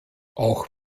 auch